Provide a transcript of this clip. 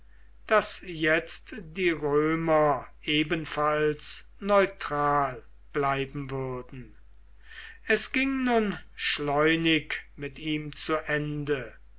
daß jetzt die römer ebenfalls neutral bleiben würden es ging nun schleunig mit ihm zu ende